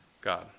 God